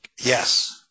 yes